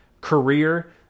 career